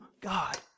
God